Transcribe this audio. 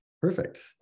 Perfect